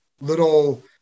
little